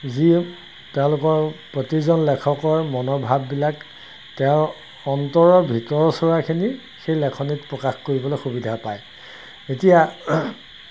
যিয়ে তেওঁলোকৰ প্ৰতিজন লেখকৰ মনৰ ভাৱবিলাক তেওঁৰ অন্তৰৰ ভিতৰ চৰাখিনি সেই লেখনিত প্ৰকাশ কৰিবলৈ সুবিধা পায় এতিয়া